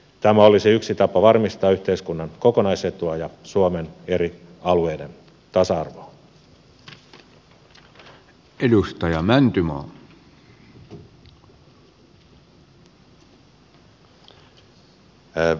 tämä olisi yksi tapa varmistaa yhteiskunnan kokonaisetua ja suomen eri alueiden tasa arvoa